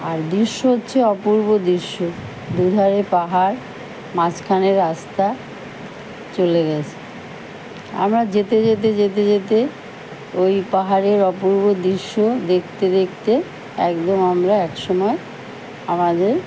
আর দৃশ্য হচ্ছে অপূর্ব দৃশ্য দুধারে পাহাড় মাঝখানে রাস্তা চলে গেছে আমরা যেতে যেতে যেতে যেতে ওই পাহাড়ের অপূর্ব দৃশ্য দেখতে দেখতে একদম আমরা এক সময় আমাদের